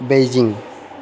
Beijing